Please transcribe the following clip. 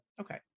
okay